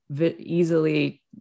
easily